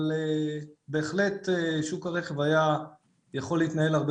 אבל בהחלט שוק הרכב היה יכול להתנהל הרבה